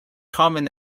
common